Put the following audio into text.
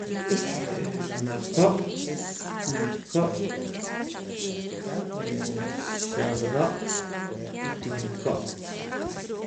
maako' miiko' xaab'ado' y timiinko'